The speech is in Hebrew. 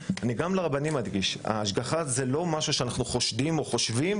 אני מדגיש להם שההשגחה היא לא בגלל שאנחנו חושדים או חושבים